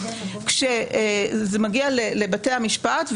כשזה מגיע לבתי המשפט,